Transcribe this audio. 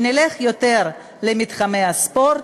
שנלך יותר למתחמי הספורט,